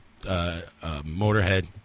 motorhead